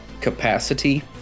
capacity